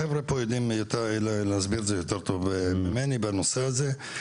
החבר'ה פה יודעים להסביר את זה יותר טוב ממני בנושא הזה.